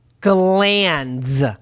glands